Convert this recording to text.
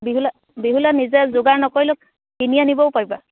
বিহুলে বিহুলে নিজে যোগাৰ নকৰিলেও কিনি আনিবও পাৰিবা